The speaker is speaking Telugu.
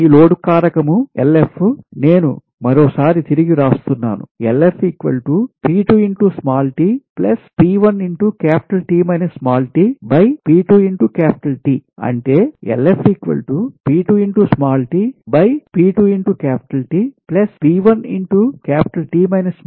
ఈ లోడ్ కారకం LF నేను మరో సారి తిరిగి వ్రాస్తున్నాను